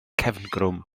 cefngrwm